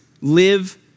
live